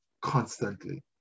constantly